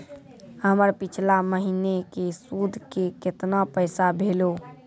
हमर पिछला महीने के सुध के केतना पैसा भेलौ?